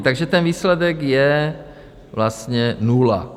Takže ten výsledek je vlastně nula.